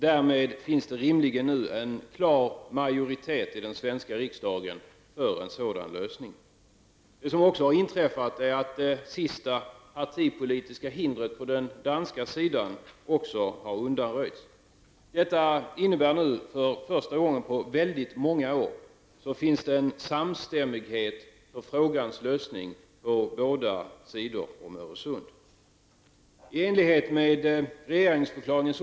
Därmed finns det rimligen nu en klar majoritet i den svenska riksdagen för en sådan lösning. Nu har också det sista partipolitiska hindret på den danska sidan undanröjts. Det innebär att det för första gången på många år finns en samstämmighet för frångans lösning på båda sidor om Öresund.